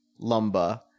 lumba